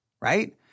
right